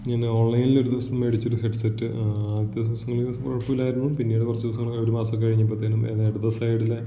ഞാൻ ഓൺലൈനിലൊരു ദിവസം മേടിച്ചോരു ഹെഡ് സെറ്റ് ആദ്യ ദിവസങ്ങളിൽ കുഴപ്പമില്ലായിരുന്നു പിന്നീട് കുറച്ച് ദിവസങ്ങൾ ഒരു മാസം കഴിഞ്ഞപ്പത്തേനും അത് ഇടത് സൈഡിലെ